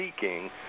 seeking